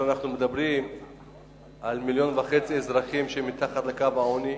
אנחנו מדברים על מיליון וחצי אזרחים מתחת לקו העוני,